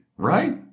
Right